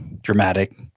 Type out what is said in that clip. dramatic